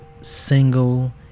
single